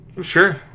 Sure